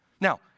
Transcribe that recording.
Now